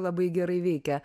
labai gerai veikia